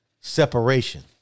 separation